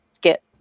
get